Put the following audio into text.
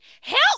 help